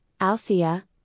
Althea